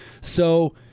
So-